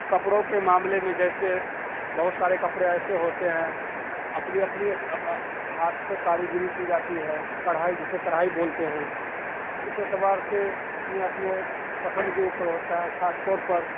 کپڑوں کے معاملے میں جیسے بہت سارے کپڑے ایسے ہوتے ہیں اپنی اپنی ہاتھ سے کاری گری کی جاتی ہے کڑھائی جسے کڑھائی بولتے ہیں اس اعتبار سے اپنے اپنے پسند کے اوپر ہوتا ہے خاص طور پر